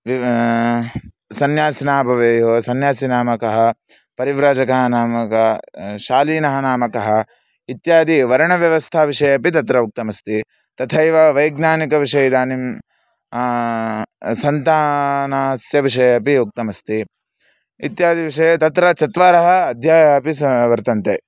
विवेकः सन्यासिनः भवेयुः सन्यासी नाम कः परिव्राजकः नाम कः शालीनः नाम कः इत्यादयः वर्णव्यवस्थाविषये अपि तत्र उक्तमस्ति तथैव वैज्ञानिकविषये इदानीं सन्तानस्य विषये अपि उक्तमस्ति इत्यादिविषये तत्र चत्वारः अद्य अपि सा वर्तन्ते